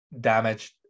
damaged